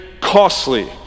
costly